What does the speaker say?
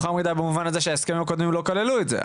במובן הזה שבהסכם הקודם לא כללו את זה,